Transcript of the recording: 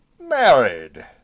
Married